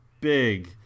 big